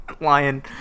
Lion